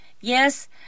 Yes